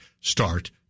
start